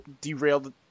derailed